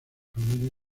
familia